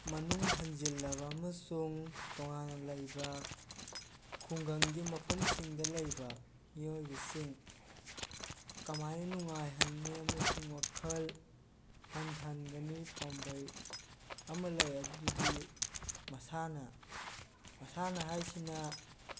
ꯃꯅꯨꯡ ꯍꯟꯖꯤꯜꯂꯕ ꯑꯃꯁꯨꯡ ꯇꯣꯉꯥꯟꯅ ꯂꯩꯕ ꯈꯨꯡꯒꯪꯒꯤ ꯃꯐꯝꯁꯤꯡꯗ ꯂꯩꯕ ꯃꯤꯑꯣꯏꯕꯁꯤꯡ ꯀꯃꯥꯏꯅ ꯅꯨꯡꯉꯥꯏꯍꯟꯅꯤ ꯑꯃꯁꯨꯡ ꯋꯥꯈꯜ ꯍꯟꯊꯍꯟꯒꯅꯤ ꯄꯥꯝꯕꯩ ꯑꯃ ꯂꯩ ꯑꯗꯨꯗꯤ ꯃꯁꯥꯅ ꯃꯁꯥꯅ ꯍꯥꯏꯁꯤꯅ